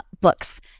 books